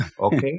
Okay